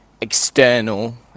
external